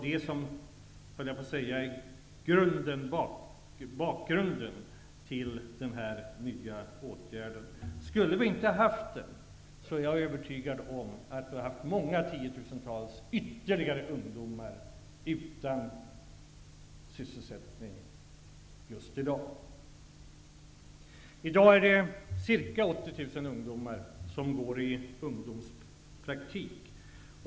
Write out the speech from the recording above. Detta är bakgrunden till den nya åtgärden. Skulle vi inte ha tagit till den är jag övertygad om att ytterligare åtskilliga tiotusental ungdomar inte skulle ha sysselsättning i dag.